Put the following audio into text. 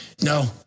no